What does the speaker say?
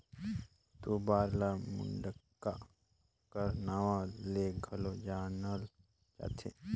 तोबरा ल मुड़क्का कर नाव ले घलो जानल जाथे